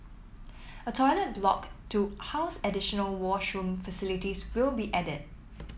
a toilet block to house additional washroom facilities will be added